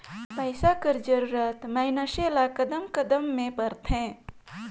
पइसा कर जरूरत मइनसे ल कदम कदम में परथे